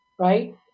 right